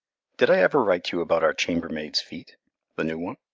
did i ever write you about our chambermaid's feet the new one?